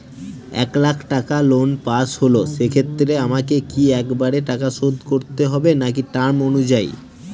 এক লাখ টাকা loan pass হল সেক্ষেত্রে আমাকে কি একবারে টাকা শোধ করতে হবে নাকি টার্ম অনুযায়ী?